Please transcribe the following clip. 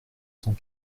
cent